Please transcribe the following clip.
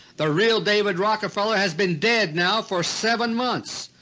the real david rockefeller has been dead now for seven months,